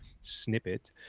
snippet